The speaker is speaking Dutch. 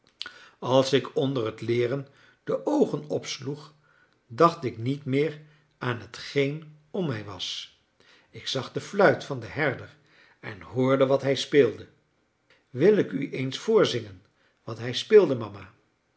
als ik onder het leeren de oogen opsloeg dacht ik niet meer aan t geen om mij was ik zag de fluit van den herder en hoorde wat hij speelde wil ik u eens voorzingen wat hij speelde mama